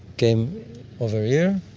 came over here,